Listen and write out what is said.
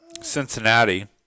Cincinnati